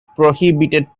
prohibited